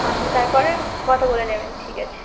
আপনি তার পরে কথা বলে নেবেন ঠিক আছে